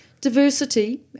Diversity